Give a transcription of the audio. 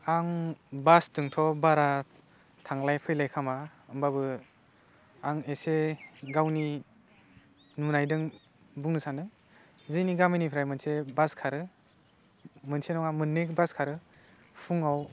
आं बासजोंथ' बारा थांलाय फैलाय खामा होनबाबो आं एसे गावनि नुनायदों बुंनो सानदों जोंनि गामिनिफ्राइ मोनसे बास खारो मोनसे नङा मोन्नै बास खारो फुङाव